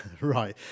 right